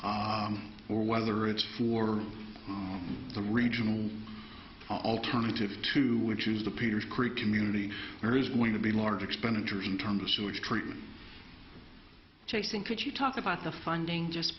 to or whether it's for on the regional alternative to which is the peters creek community there is going to be large expenditures in terms of sewage treatment jason could you talk about the funding just